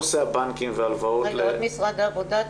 עוד ממשרד העבודה,